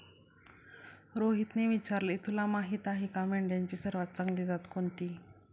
रोहितने विचारले, तुला माहीत आहे का मेंढ्यांची सर्वात चांगली जात कोणती?